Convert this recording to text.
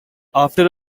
after